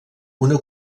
una